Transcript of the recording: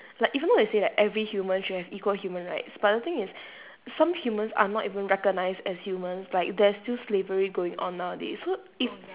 like even though they say like every human should have equal human rights but the thing is some humans are not even recognised as humans like there is still slavery going on nowadays so if